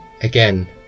again